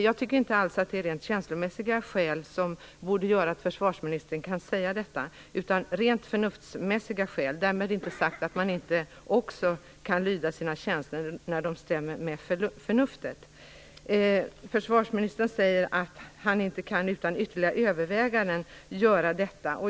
Jag tycker inte alls att det borde vara rent känslomässiga skäl som gör att försvarsministern kan säga detta utan rent förnuftsmässiga skäl - därmed inte sagt att man inte också kan lyda sina känslor när de stämmer med förnuftet. Försvarsministern säger att han inte utan ytterligare överväganden kan göra detta.